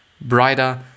brighter